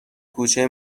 کوچه